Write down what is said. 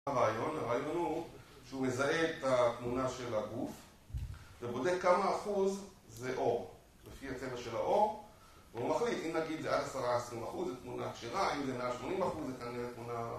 הרעיון הוא שהוא מזהה את התמונה של הגוף ובודק כמה אחוז זה עור, לפי הצבע של העור. והוא מחליט אם נגיד זה עד עשרה עשרים אחוז, זה תמונה כשרה, אם זה מעל שמונים אחוז, זה כנראה תמונה